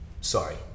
Sorry